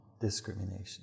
discrimination